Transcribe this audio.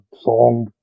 song